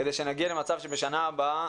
כדי שנגיע למצב שבשנה הבאה,